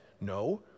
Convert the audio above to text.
no